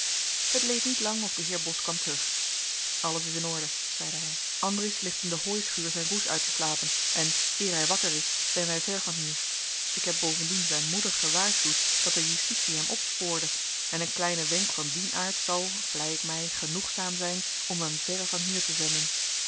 het leed niet lang of de heer bos kwam terug alles is in orde zeide hij andries ligt in de hooischuur zijn roes uit te slapen en eer hij wakker is zijn wij ver van hier ik heb bovendien zijn moeder gewaarschuwd dat de justitie hem opspoorde en een kleine wenk van dien aard zal vlei ik mij genoegzaam zijn om hem verre van hier te zenden